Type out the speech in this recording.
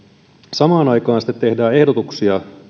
samaan aikaan sitten tehdään ehdotuksia